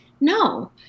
no